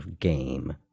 game